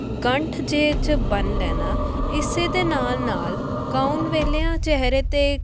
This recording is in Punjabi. ਗੰਠ ਜਿਹੇ 'ਚ ਬੰਨ ਲੈਣਾ ਇਸੇ ਦੇ ਨਾਲ ਨਾਲ ਗਾਉਣ ਵੇਲਿਆਂ ਚਿਹਰੇ 'ਤੇ